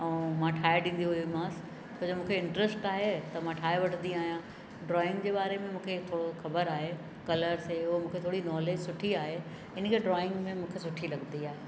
ऐं मां ठाहे ॾींदी हुईमांसि छो जो मूंखे इंट्रस्ट आहे त मां ठाहे वठंदी आहियां ड्रॉइंग जे बारे में मूंखे थोरो ख़बर आहे कलर्स हे हो मूंखे थोरी नॉलेज सुठी आहे इन करे ड्रॉइंग में मूंखे सुठी लॻंदी आहे